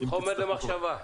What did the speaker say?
חומר למחשבה.